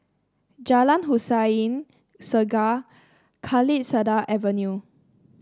Jalan Hussein Segar Kalisada Avenue